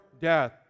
death